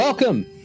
Welcome